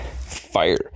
Fire